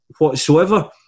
whatsoever